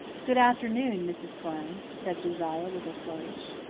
good afternoon, mrs. sloane, said josiah with a flourish.